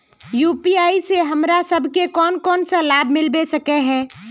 UPI से हमरा सब के कोन कोन सा लाभ मिलबे सके है?